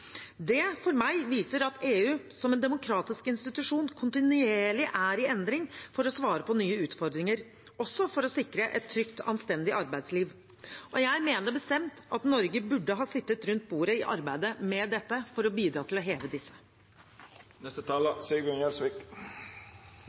Det viser for meg at EU som en demokratisk institusjon kontinuerlig er i endring for å svare på nye utfordringer, også for å sikre et trygt og anstendig arbeidsliv. Og jeg mener bestemt at Norge burde ha sittet rundt bordet i arbeidet med dette for å bidra til å heve